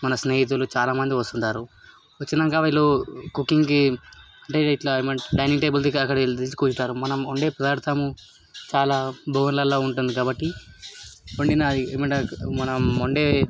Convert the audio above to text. మన స్నేహితులు చాలామంది వస్తుంటారు వచ్చాకా వీళ్ళు కుకింగ్కి అంటే ఇట్లా ఏమం డైనింగ్ టేబుల్ దగ్గర అక్కడికెళ్ళి కూర్చుంటారు మనం వండే పదార్ధము చాలా బగోన్లలో ఉంటుంది కాబట్టి వండినవి ఏమంటారు మనం వండే